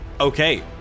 Okay